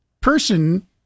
person